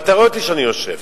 ואתה רואה שאני יושב.